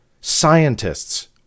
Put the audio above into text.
Scientists